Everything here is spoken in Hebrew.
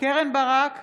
קרן ברק,